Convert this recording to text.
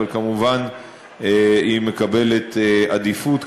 אבל כמובן היא מקבלת עדיפות,